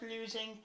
losing